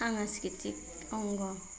সাংস্কৃতিক অংগ